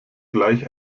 gleich